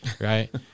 Right